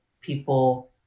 people